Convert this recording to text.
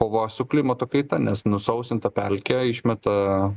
kova su klimato kaita nes nusausinta pelkė išmeta